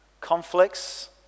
conflicts